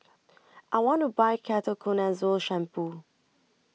I want to Buy Ketoconazole Shampoo